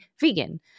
vegan